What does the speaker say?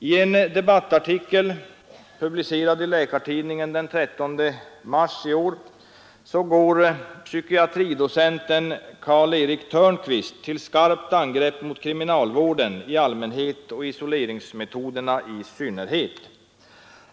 I en debattartikel publicerad i Läkartidningen den 13 mars 3 april 1974 i år går psykiatridocenten Karl-Erik Törnqvist till skarpt angrepp mot kriminalvården i allmänhet och isoleringsmetoden i synnerhet.